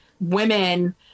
women